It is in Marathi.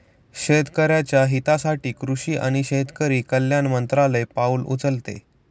शेतकऱ्याच्या हितासाठी कृषी आणि शेतकरी कल्याण मंत्रालय पाउल उचलते